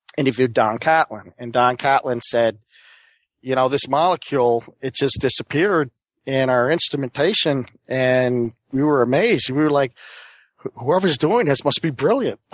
interviewed don catlin, and don catlin said you know, this molecule, it just disappeared in our instrumentation, and we were amazed. we were like whoever's doing this must be brilliant.